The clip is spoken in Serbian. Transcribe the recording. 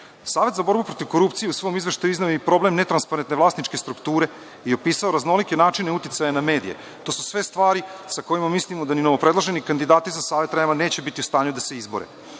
za borbu protiv korupcije u svom Izveštaju izneo je i problem netransparentne vlasničke strukture i opisao raznolike načine uticaja na medije. To su sve stvari sa kojima mislimo da ni novopredloženi kandidati za Savet REM-a neće biti u stanju da se